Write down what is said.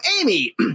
Amy